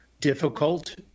difficult